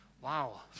Wow